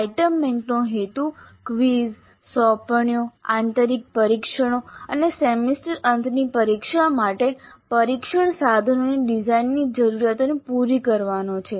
item બેંકનો હેતુ quiz સોંપણીઓ આંતરિક પરીક્ષણો અને સેમેસ્ટર અંતની પરીક્ષા માટે પરીક્ષણ સાધનોની ડિઝાઇનની જરૂરિયાતોને પૂરી કરવાનો છે